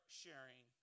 sharing